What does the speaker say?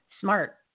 smart